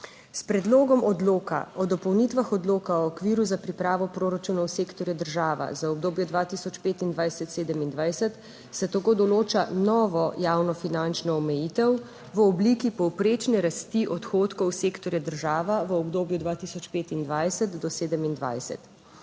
S predlogom odloka o dopolnitvah Odloka o okviru za pripravo proračunov sektorja država za obdobje 2025-2027 se tako določa novo javno finančno omejitev v obliki povprečne rasti odhodkov sektorja država v obdobju 2025-2027.